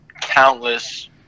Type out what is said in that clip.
countless